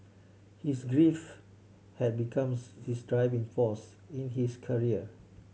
his grief had becomes his driving force in his career